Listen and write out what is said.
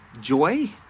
joy